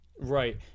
Right